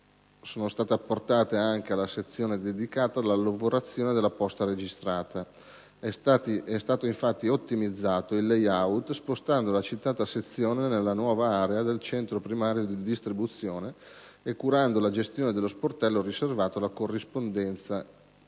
sono state apportate anche alla sezione dedicata alla lavorazione della posta registrata: è stato infatti ottimizzato il *layout*, spostando la citata sezione nella nuova area del centro primario di distribuzione e curando la gestione dello sportello riservato alla corrispondenza inesitata.